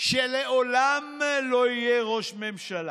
שלעולם לא יהיה ראש ממשלה.